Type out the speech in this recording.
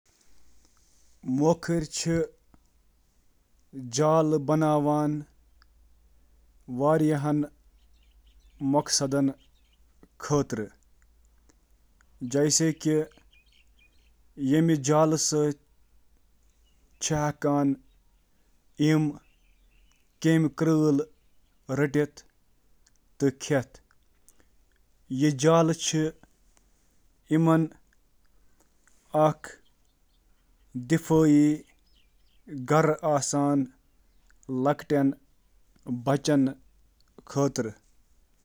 مکڑٕ چِھ پنٕنۍ جالہٕ واریہن مقصدن خٲطرٕ استعمال کران، یتھ منٛز شٲمل چِھ: شکار کرُن، اینکرنگ ، فلائنگ ، ٹرانسپورٹیشن ۔